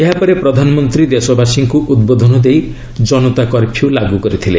ଏହାପରେ ପ୍ରଧାନମନ୍ତ୍ରୀ ଦେଶବାସୀଙ୍କୁ ଉଦ୍ବୋଧନ ଦେଇ ଜନତାକର୍ଫ୍ୟୁ ଲାଗୁ କରିଥିଲେ